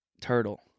turtle